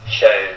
show